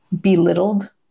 belittled